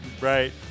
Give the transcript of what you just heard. Right